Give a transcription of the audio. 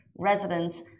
residents